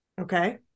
Okay